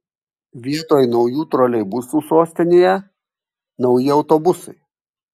vietoj naujų troleibusų sostinėje nauji autobusai